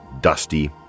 dusty